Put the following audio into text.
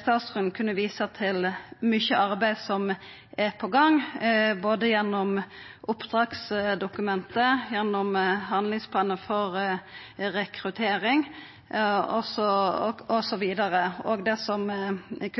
Statsråden kunne visa til mykje arbeid som er i gang, både gjennom oppdragsdokumentet, gjennom handlingsplanar for rekruttering, gjennom det som